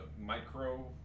micro